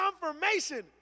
confirmation